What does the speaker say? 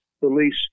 police